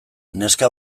neska